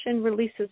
releases